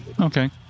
Okay